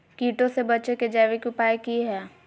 कीटों से बचे के जैविक उपाय की हैय?